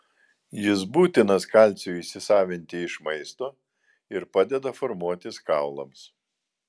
jis būtinas kalciui įsisavinti iš maisto ir padeda formuotis kaulams